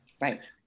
Right